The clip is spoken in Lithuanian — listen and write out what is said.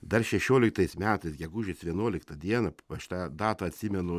dar šešioliktais metais gegužės vienuoliktą dieną aš tą datą atsimenu